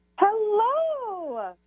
Hello